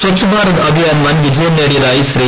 സച്ഛ ഭാരത് അഭിയ്ാൻ വൻവിജയം നേടിയതായി ശ്രീ